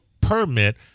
permit